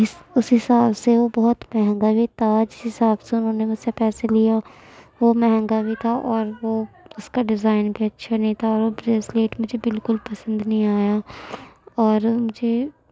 اس اس حساب سے وہ بہت مہنگا بھی تھا جس حساب سے انہوں نے مجھ سے پیسے لیا وہ مہنگا بھی تھا اور وہ اس کا ڈیزائن بھی اچھا نہیں تھا اور وہ بریسلیٹ مجھے بالکل پسند نہیں آیا اور مجھے